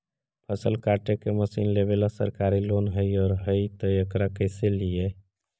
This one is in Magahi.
फसल काटे के मशीन लेबेला सरकारी लोन हई और हई त एकरा कैसे लियै?